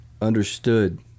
understood